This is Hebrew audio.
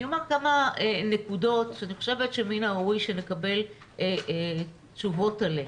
אני אומר כמה נקודות שאני חושבת שמן הראוי שנקבל תשובות עליהן,